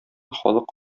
халык